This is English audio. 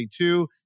2022